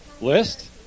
list